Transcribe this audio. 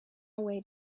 away